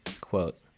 quote